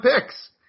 picks